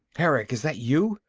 erick, is that you?